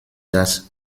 das